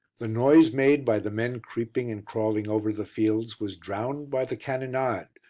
the noise made by the men creeping and crawling over the fields was drowned by the cannonade,